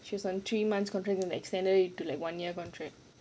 she was on three months contract and then extended it to like one year contract